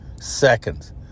seconds